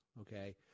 Okay